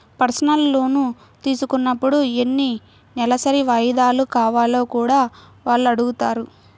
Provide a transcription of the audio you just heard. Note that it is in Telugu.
పర్సనల్ లోను తీసుకున్నప్పుడు ఎన్ని నెలసరి వాయిదాలు కావాలో కూడా వాళ్ళు అడుగుతారు